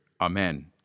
amen